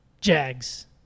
Jags